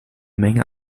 menge